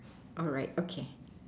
all right okay